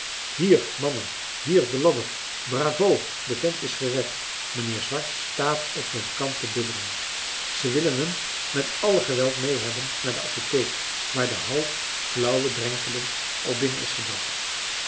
hier mannen hier de ladder bravo de vent is gered mijnheer swart staat op den kant te bibberen ze willen hem met alle geweld mee hebben naar de apotheek waar de halfflauwe drenkeling al binnen is gebracht